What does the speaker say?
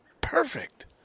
perfect